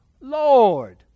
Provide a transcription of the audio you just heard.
lord